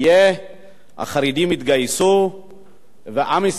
החרדים יתגייסו ועם ישראל יצא חזק